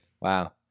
Wow